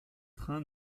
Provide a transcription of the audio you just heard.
train